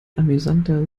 amüsanter